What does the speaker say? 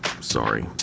sorry